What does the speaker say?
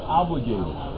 obligated